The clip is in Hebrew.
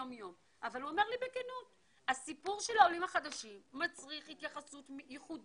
איפה שאנחנו נראה שיש חסמים וצריך את המעורבות שלנו